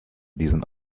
diesen